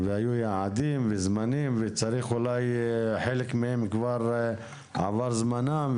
היו יעדים וזמנים שחלק מהם כבר עבר זמנם.